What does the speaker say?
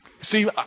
See